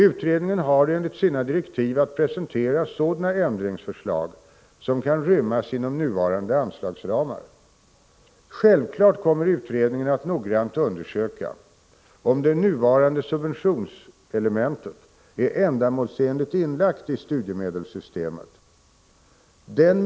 Utredningen har enligt sina direktiv att presentera ändringsförslag som kan rymmas inom nuvarande anslagsramar. Självfallet kommer utredningen att noggrant undersöka om det nuvarande subventionselementet är ändamålsenligt inlagt i studiemedelssystemet. Bl.